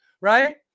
right